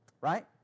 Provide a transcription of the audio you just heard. Right